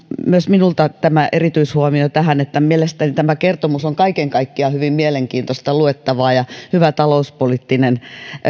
myös minulta tämä erityishuomio että mielestäni tämä kertomus on kaiken kaikkiaan hyvin mielenkiintoista luettavaa ja hyvä talouspoliittinen